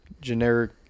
generic